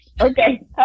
Okay